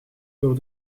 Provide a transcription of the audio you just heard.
door